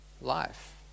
life